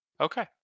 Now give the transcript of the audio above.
Okay